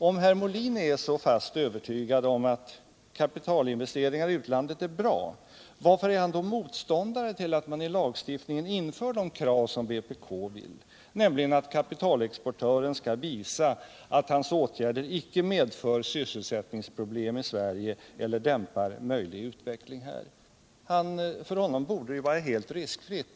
Om herr Molin är så fast övertygad om att kapitalinvesteringar i utlandet är bra, varför är han då motståndare till att man i lagstiftningen inför det krav som vpk föreslår, nämligen att kapitalexportören skall visa att hans åtgärd inte medför sysselsättningsproblem i Sverige eller dämpar en möjlig utveckling här? Med den åskådning herr Molin har borde det vara helt riskfritt.